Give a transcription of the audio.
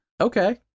Okay